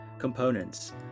components